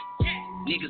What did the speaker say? Niggas